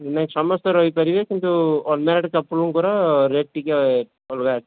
ନାଇଁ ସମସ୍ତେ ରହିପାରିବେ କିନ୍ତୁ ଅନମ୍ୟାରେଡ୍ କପୁଲ୍ଙ୍କର ରେଟ୍ ଟିକେ ଅଲଗା ଅଛି